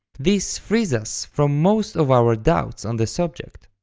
this frees us from most of our doubts on the subject.